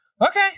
okay